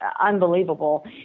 unbelievable